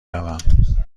روم